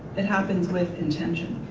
it happens with intention.